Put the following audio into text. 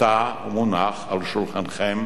עתה הוא מונח על שולחנכם,